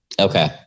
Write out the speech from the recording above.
Okay